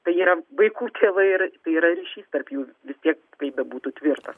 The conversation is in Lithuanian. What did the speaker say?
tai yra vaikų tėvai ir yra ryšys tarp jų vis tiek kaip bebūtų tvirtas